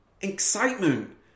excitement